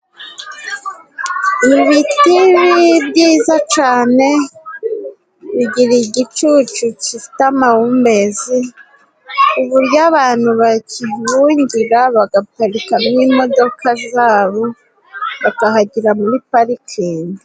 Ibiti byiza cane bigira igicucu gifite amahumbezi, ku buryo abantu bakibungira bagaparikamo imodoka zabo, bakahagira muri parikingi.